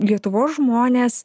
lietuvos žmonės